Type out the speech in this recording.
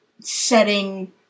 setting